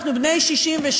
אנחנו בני 67,